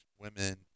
women